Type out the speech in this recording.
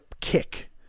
kick